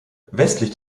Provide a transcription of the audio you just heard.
westlich